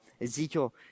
Ezekiel